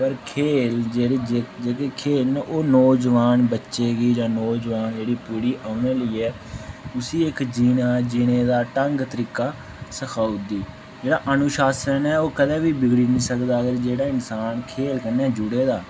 पर खेल जेह्ड़ी जेह्के खेल न ओह् नौजबान बच्चे गी जां नौजबान जेह्ड़ी पीढ़ी औने आह्ली ऐ उसी इक जीना जीने दा ढंग तरीका सखाई ओड़दी जेह्ड़ा अनुशासन ऐ ओह् कदें बी बिगड़ी नी सकदा अगर जेह्ड़ा इंसान खेल कन्नै जुड़े दा